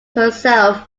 herself